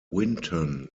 winton